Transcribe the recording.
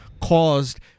caused